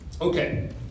Okay